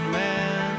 man